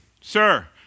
sir